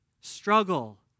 struggle